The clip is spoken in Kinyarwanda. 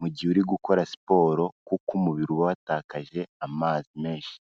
mu gihe uri gukora siporo kuko umubiri uba watakaje amazi menshi.